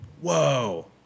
Whoa